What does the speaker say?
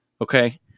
Okay